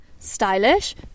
stylish